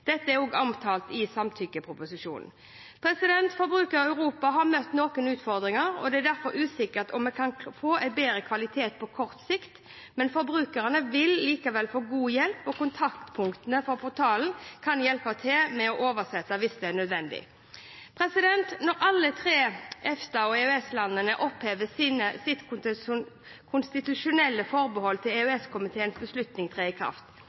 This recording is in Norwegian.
Dette er også omtalt i samtykkeproposisjonen. Forbruker Europa har møtt noen utfordringer, og det er derfor usikkert om vi kan få til bedre kvalitet på kort sikt. Men forbrukerne vil likevel få god hjelp, og kontaktpunktene for portalen kan hjelpe til med å oversette hvis det er nødvendig. Når alle tre EFTA–EØS-landene opphever sitt konstitusjonelle forbehold, vil EØS-komiteens beslutning tre i kraft.